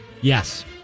Yes